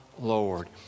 Lord